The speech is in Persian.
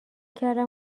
کردم